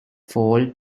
fall